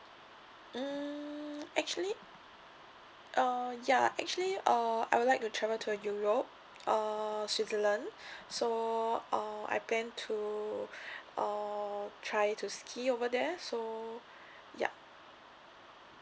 mm actually uh ya actually uh I would like to travel to europe uh switzerland so uh I plan to uh try to ski over there so yup